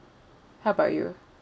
how about you